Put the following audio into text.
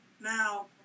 Now